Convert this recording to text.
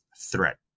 threat